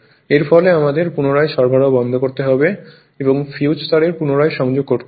এর ফলে আমাদের পুনরায় সরবরাহ বন্ধ করতে হবে এবং ফিউজ তারের পুনরায় সংযোগ করতে হবে